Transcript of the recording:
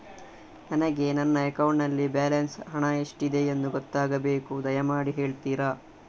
ನನಗೆ ನನ್ನ ಅಕೌಂಟಲ್ಲಿ ಬ್ಯಾಲೆನ್ಸ್ ಹಣ ಎಷ್ಟಿದೆ ಎಂದು ಗೊತ್ತಾಗಬೇಕು, ದಯಮಾಡಿ ಹೇಳ್ತಿರಾ?